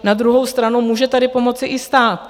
Na druhou stranu může tady pomoci i stát.